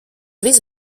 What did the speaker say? viss